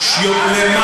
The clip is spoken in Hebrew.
זה היה בהצבעה האחרונה.